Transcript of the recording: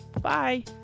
Bye